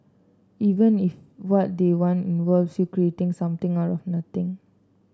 even if what they want involves you creating something out of nothing